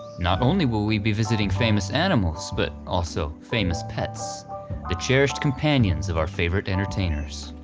not only will we be visiting famous animals but also famous pets the cherished companions of our favorite entertainers.